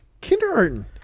Kindergarten